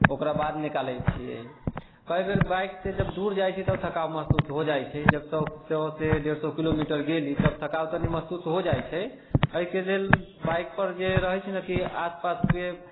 ओकरा बाद निकालै छियै कइ बेर बाइकसँ जब दूर जाइ छियै तऽ थकान महसूस हो जाइ छै जब सए सँ डेढ़ सए किलोमीटर गेली तब थकान तनी महसूस हो जाइ छै अइके लेल बाइकपर जे रहै छै कि आसपासके